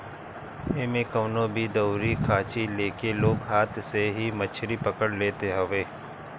एमे कवनो भी दउरी खाची लेके लोग हाथ से ही मछरी पकड़ लेत हवे